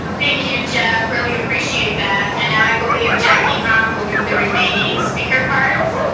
thank you jeff, really appreciate that. and now i believe jackie hann will read the remaining speaker cards.